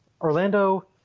Orlando